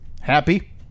Happy